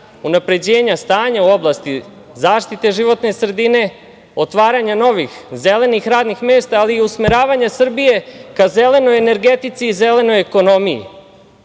unapređenja stanja u oblasti zaštite životne sredine, otvaranja novih zelenih radnih mesta, ali i usmeravanje Srbije ka zelenoj energetici i zelenoj ekonomiji. Tako